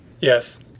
Yes